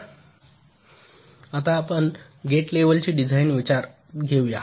आता आपण गेट लेव्हलची डिझाइन विचारात घेऊ या